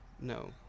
No